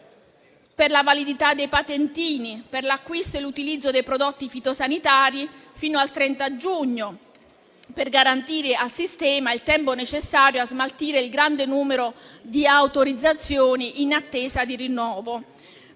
per la validità dei patentini per l'acquisto e l'utilizzo dei prodotti fitosanitari fino al 30 giugno, per garantire al sistema il tempo necessario a smaltire il grande numero di autorizzazioni in attesa di rinnovo.